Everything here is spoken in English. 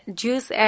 juice